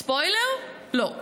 ספוילר: לא.